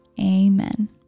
Amen